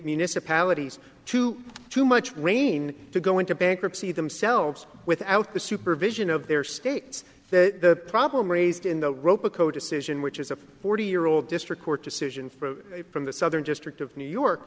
municipalities to too much rain to go into bankruptcy themselves without the supervision of their states the problem raised in the roco decision which is a forty year old district court decision for from the southern district of new york